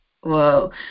whoa